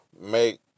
Make